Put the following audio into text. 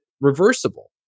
reversible